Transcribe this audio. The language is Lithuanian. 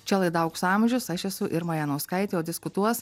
čia laida aukso amžius aš esu irma janauskaitė diskutuos